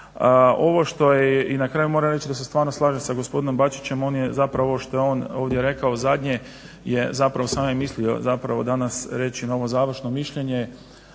Ovo što je i na kraju moram reći da se stvarno slažem sa gospodinom Bačićem on je ovo što je rekao zadnje je … reći na ovo završno mišljenje